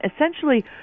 Essentially